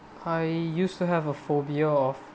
I used to have a phobia of